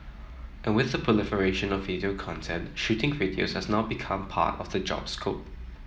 and with the proliferation of video content shooting videos has now become part of the job scope